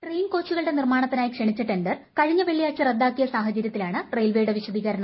train കോച്ചുകളുടെ നിർമാണത്തിനായി ക്ഷണിച്ച ടെണ്ടർ കഴിഞ്ഞ വെള്ളിയാഴ്ച റദ്ദാക്കിയ സാഹചര്യത്തിലാണ് റയിൽവേയുടെ വിശദീകരണം